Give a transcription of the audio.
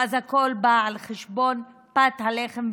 ואז הכול בא על חשבון פת הלחם,